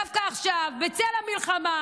החליטו דווקא עכשיו בצל המלחמה,